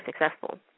successful